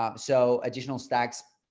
um so additional stacks,